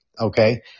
Okay